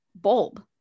bulb